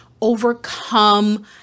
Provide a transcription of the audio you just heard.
overcome